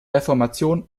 reformation